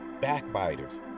backbiters